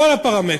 כל הפרמטרים.